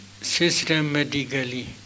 Systematically